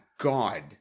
God